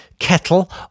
kettle